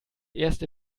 erst